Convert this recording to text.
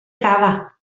cava